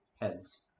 Heads